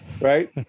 right